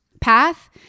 path